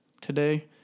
today